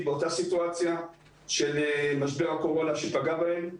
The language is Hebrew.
באותה סיטואציה של משבר הקורונה שפגע בהם,